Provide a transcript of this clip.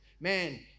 man